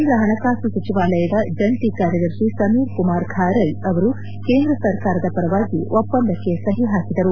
ಕೇಂದ್ರ ಪಣಕಾಸು ಸಚಿವಾಲಯದ ಜಂಟಿ ಕಾರ್ಯದರ್ಶಿ ಸಮೀರ್ ಕುಮಾರ್ ಖಾರ್ಕೆ ಅವರು ಕೇಂದ್ರ ಸರ್ಕಾರದ ಪರವಾಗಿ ಒಪ್ಪಂದಕ್ಕೆ ಸಹಿ ಪಾಕಿದರು